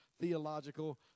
theological